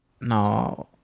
No